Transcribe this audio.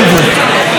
עד היום,